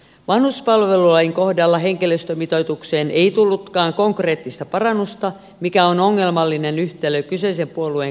vanhuspalvelulain kohdalla henkilöstömitoitukseen ei tullutkaan konkreettista parannusta mikä on ongelmallinen yhtälö kyseisen puolueen kuntavaalihehkutuksen kanssa